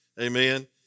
Amen